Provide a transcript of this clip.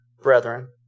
brethren